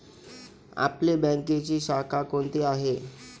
आपली बँकेची शाखा कोणती आहे